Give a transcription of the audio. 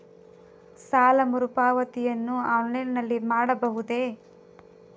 ಸಾಲ ಮರುಪಾವತಿಯನ್ನು ಆನ್ಲೈನ್ ನಲ್ಲಿ ಮಾಡಬಹುದೇ?